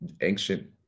ancient